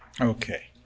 Okay